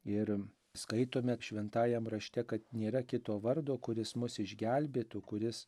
ir skaitome šventajam rašte kad nėra kito vardo kuris mus išgelbėtų kuris